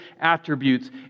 attributes